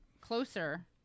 closer